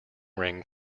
ring